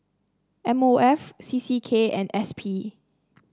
M O F C C K and S P